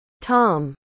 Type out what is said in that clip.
Tom